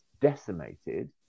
decimated